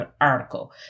article